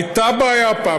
הייתה בעיה פעם.